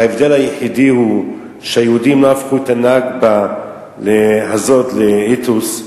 ההבדל היחידי הוא שהיהודים לא הפכו את ה"נכבה" הזאת לאתוס,